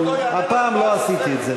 אבל הפעם לא עשיתי את זה.